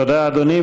תודה, אדוני.